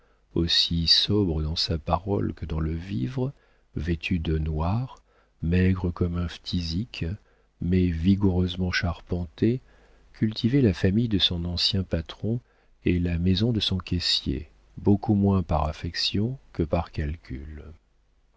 aussi sobre dans sa parole que dans le vivre vêtu de noir maigre comme un phthisique mais vigoureusement charpenté cultivait la famille de son ancien patron et la maison de son caissier beaucoup moins par affection que par calcul